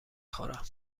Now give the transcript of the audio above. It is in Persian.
خورم